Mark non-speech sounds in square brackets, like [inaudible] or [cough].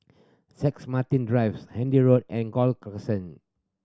[unintelligible] Martin Drives Handy Road and Gul Crescent